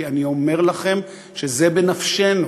כי אני אומר לכם שזה בנפשנו.